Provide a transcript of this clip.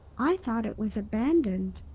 i thought it was abandoned.